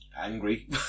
angry